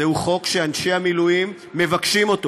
זהו חוק שאנשי המילואים מבקשים אותו.